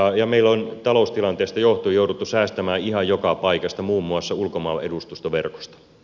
meillä on taloustilanteesta johtuen jouduttu säästämään ihan joka paikasta muun muassa ulkomailla edustustoverkosta